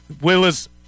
Willis